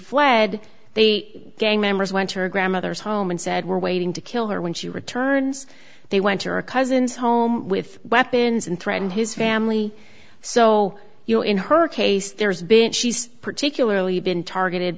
fled they gang members went to her grandmother's home and said we're waiting to kill her when she returns they went to a cousin's home with weapons and threatened his family so you know in her case there's been she's particularly been targeted